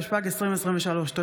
התשפ"ג 2023. תודה.